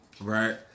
Right